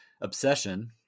obsession